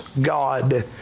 God